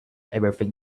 everything